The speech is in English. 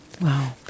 Wow